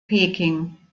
peking